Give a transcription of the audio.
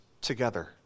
together